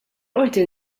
qorti